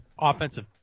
offensive